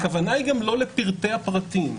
הכוונה לא לפרטי הפרטים.